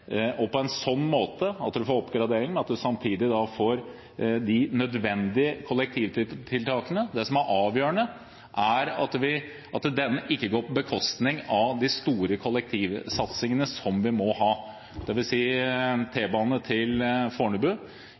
og på en sånn måte at man får en oppgradering, og at man samtidig får de nødvendige kollektivtiltakene. Det som er avgjørende, er at det ikke går på bekostning av de store kollektivsatsingene som vi må ha, dvs. T-bane til Fornebu.